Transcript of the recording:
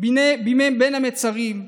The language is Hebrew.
בימי בין המצרים.